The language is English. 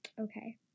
okay